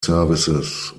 services